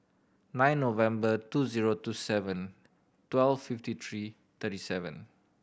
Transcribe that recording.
nine November two zero two seven twelve fifty three thirty seven